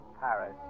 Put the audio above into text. Paris